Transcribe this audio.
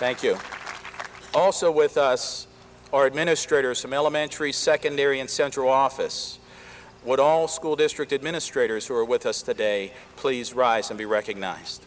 thank you also with us our administrator some elementary secondary and central office what all school district administrators who are with us today please rise and be recognized